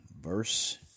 verse